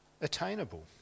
attainable